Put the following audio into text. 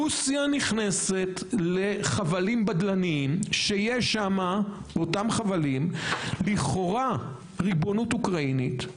רוסיה נכנסת לחבלים בדלניים שיש באותם חבלים לכאורה ריבונות אוקראינית,